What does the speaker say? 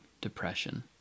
depression